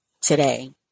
today